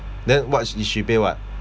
then what s~ she pay what